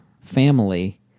family